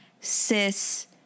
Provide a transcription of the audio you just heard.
cis